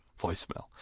voicemail